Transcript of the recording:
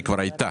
היא כבר הייתה.